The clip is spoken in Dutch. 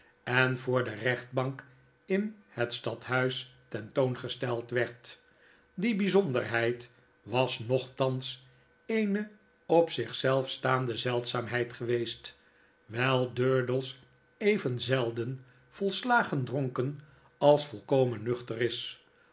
en voor de rechtbank in het stadhuistentoongesteld werd die byzonderheid was nochtans eene op zich zelf staande zeldzaamheid geweest wyl durdels even zelden volslagen dronken als volkomen nuchter is